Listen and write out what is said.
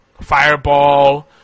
Fireball